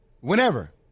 Whenever